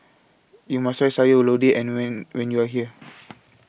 YOU must Try Sayur Lodeh and when when YOU Are here